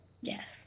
Yes